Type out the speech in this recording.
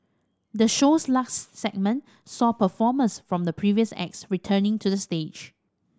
the show's last segment saw performers from the previous acts returning to the stage